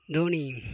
Dhoni